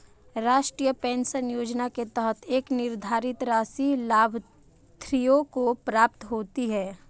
राष्ट्रीय पेंशन योजना के तहत एक निर्धारित राशि लाभार्थियों को प्राप्त होती है